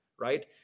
right